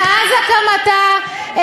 מאז הקמתה,